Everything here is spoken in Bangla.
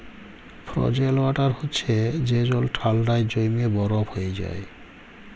ফ্রজেল ওয়াটার হছে যে জল ঠাল্ডায় জইমে বরফ হঁয়ে যায়